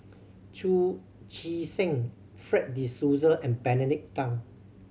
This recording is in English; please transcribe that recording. Chu Chee Seng Fred De Souza and Benedict Tan